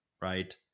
right